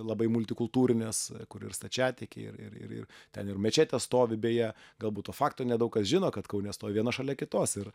labai multikultūrinės kur ir stačiatikiai ir ir ir ir ten ir mečetė stovi beje galbūt to fakto nedaug kas žino kad kaune stovi viena šalia kitos ir